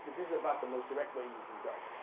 this about the most direct way you can go.